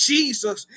Jesus